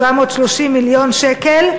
730 מיליון שקל,